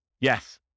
Yes